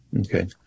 Okay